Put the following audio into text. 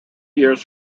years